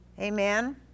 Amen